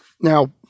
Now